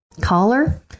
collar